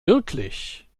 wirklich